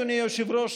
אדוני היושב-ראש,